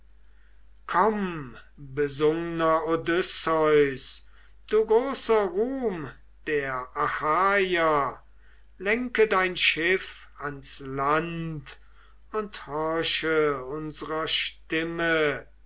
odysseus du großer ruhm der achaier lenke dein schiff ans land und horche unserer stimme